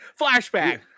flashback